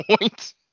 point